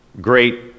great